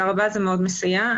זה מאוד מסייע.